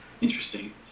Interesting